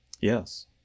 yes